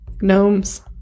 Gnomes